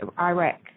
Iraq